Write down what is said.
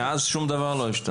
חן שמחוני,